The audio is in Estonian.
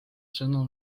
sõnul